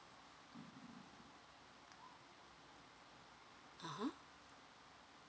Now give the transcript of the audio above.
(uh huh)